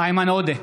איימן עודה,